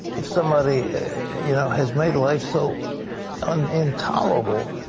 if somebody you know has made life so and intolerable,